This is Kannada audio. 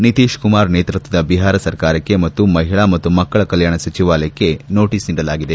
ನಿತೀಶ್ ಕುಮಾರ್ ನೇತೃತ್ವದ ಬಿಹಾರ ಸರ್ಕಾರಕ್ಕೆ ಮತ್ತು ಮಹಿಳಾ ಮತ್ತು ಮಕ್ಕಳ ಕಲ್ಹಾಣ ಸಚವಾಲಯಕ್ಕೆ ನೋಟಸ್ ನೀಡಿದೆ